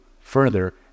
further